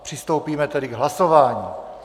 Přistoupíme tedy k hlasování.